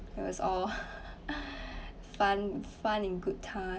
it was all fun fun in good time